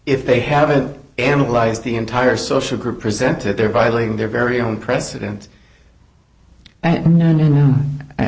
if they have it analyzed the entire social group presented their violating their very own president